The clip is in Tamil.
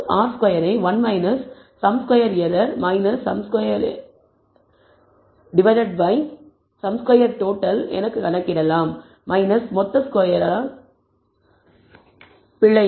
R2 ஐ 1 sum square error sum square total என நாம் கணக்கிடலாம் மொத்த ஸ்கொயர் பிழை